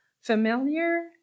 familiar